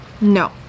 no